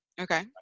Okay